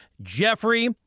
Jeffrey